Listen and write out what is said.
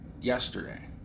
yesterday